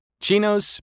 chinos